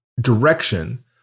direction